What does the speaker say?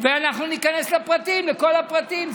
ואנחנו ניכנס לפרטים, לכל הפרטים.